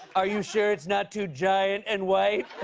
are you sure it's not too giant and white?